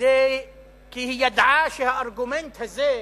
כי היא ידעה שהארגומנט הזה,